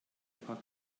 paar